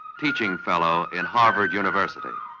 teaching fellow in harvard university.